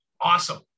Awesome